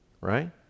Right